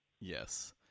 Yes